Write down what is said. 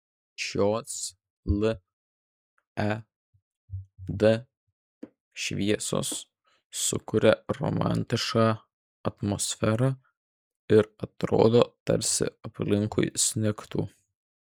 šios led šviesos sukuria romantišką atmosferą ir atrodo tarsi aplinkui snigtų